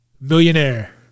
Millionaire